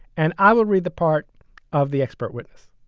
and i will read the part of the expert witness